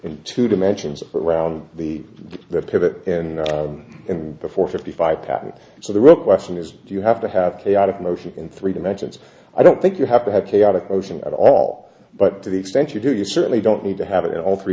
in two dimensions around the pivot in and before fifty five so the real question is do you have to have chaotic motion in three dimensions i don't think you have to have chaotic motion at all but to the extent you do you certainly don't need to have in all three